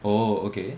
oh okay